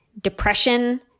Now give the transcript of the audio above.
depression